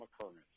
occurrence